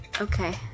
Okay